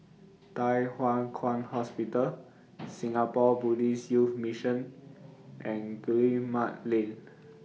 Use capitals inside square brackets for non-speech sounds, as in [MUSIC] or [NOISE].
Thye Hua Kwan Hospital [NOISE] Singapore Buddhist Youth Mission and Guillemard Lane [NOISE]